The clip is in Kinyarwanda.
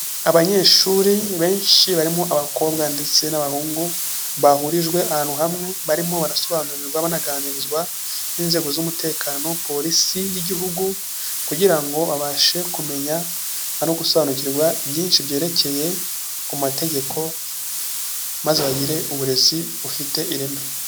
Abanyeshuri benshi barimo abakobwa ndetse n'abahungu, bahurijwe ahantu hamwe barimo barasobanurirwa banaganirizwa n'inzego z'umutekano polisi y'igihugu, kugira ngo babashe kumenya no gusobanukirwa byinshi byerekeye ku mategeko, maze bagire uburezi bufite ireme.